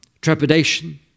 trepidation